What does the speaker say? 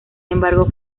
embargo